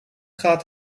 gaat